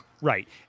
Right